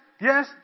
Yes